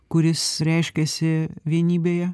kuris reiškiasi vienybėje